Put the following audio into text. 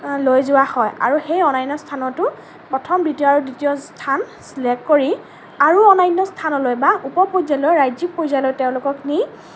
লৈ যোৱা হয় আৰু সেই অন্য়ান্য স্থানতো প্ৰথম দ্বিতীয় আৰু তৃতীয় স্থান ছিলেক্ট কৰি আৰু অন্য়ান্য স্থানলৈ বা ওপৰ পৰ্য্য়ায়লৈ ৰাজ্যিক পৰ্য্য়ায়লৈ তেওঁলোকক নি